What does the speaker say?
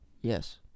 Yes